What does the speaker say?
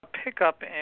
pickup